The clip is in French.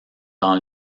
dans